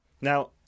Now